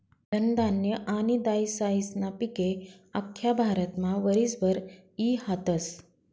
धनधान्य आनी दायीसायीस्ना पिके आख्खा भारतमा वरीसभर ई हातस